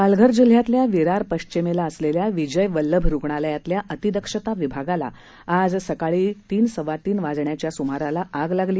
पालघर जिल्ह्यातल्या विरार पश्चिमेला असलेल्या विजय वल्लभ रुग्णालयातल्या अतिदक्षा विभागाला आज सकाळी तीन वाजण्याच्या दरम्यान आग लागली